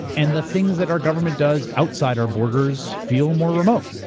and the things that our government does outside our borders feel more remote.